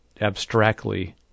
abstractly